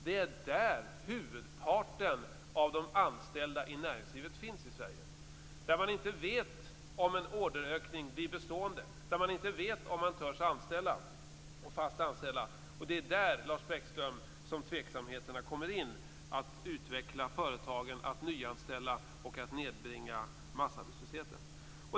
Det är där huvudparten av de anställda i näringslivet finns i Sverige. Där vet man inte om en orderökning blir bestående. Där vet man inte om man törs anställa. Det är där, Lars Bäckström, som tveksamheterna kommer in när det gäller att utveckla företagen, nyanställa och nedbringa massarbetslösheten.